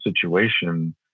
situation